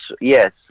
yes